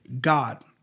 God